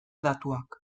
datuak